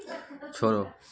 छोड़ो